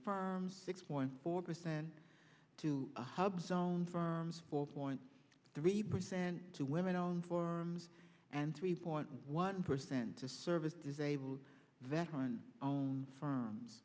firm six point four percent to the hub zone from four point three percent to women own forms and three point one percent to service disabled veteran own firms